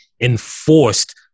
enforced